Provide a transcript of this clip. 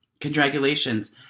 congratulations